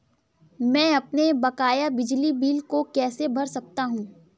मैं अपने बकाया बिजली बिल को कैसे भर सकता हूँ?